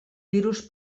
virus